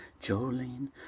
Jolene